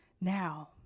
now